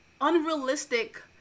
unrealistic